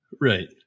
Right